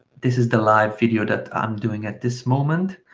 this is the live video that i'm doing at this moment,